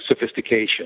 sophistication